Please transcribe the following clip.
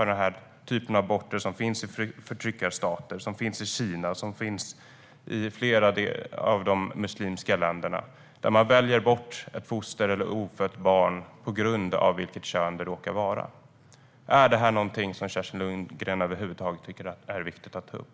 Den typen av abort finns i förtryckarstater, i Kina och i flera av de muslimska länderna. Man väljer bort ett foster eller ofött barn på grund av det kön det råkar ha. Är det här någonting som Kerstin Lundgren över huvud taget tycker är viktigt att ta upp?